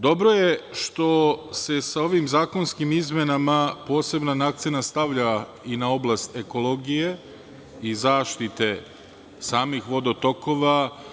Dobro je što se sa ovim zakonskim izmenama poseban akcenat stavlja i na oblast ekologije i zaštite samih vodotokova.